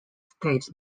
states